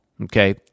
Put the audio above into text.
Okay